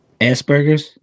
Aspergers